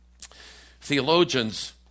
Theologians